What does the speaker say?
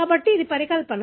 కాబట్టి ఇది పరికల్పన